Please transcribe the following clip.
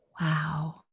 Wow